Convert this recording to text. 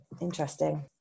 interesting